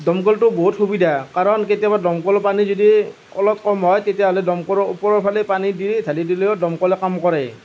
দমকলটো বহুত সুবিধা কাৰণ কেতিয়াবা দমকল পানী যদি অলপ কম হয় তেতিয়াহ'লে দমকলৰ ওপৰৰ ফালে পানী দি ঢালি দিলেও দমকলে কাম কৰে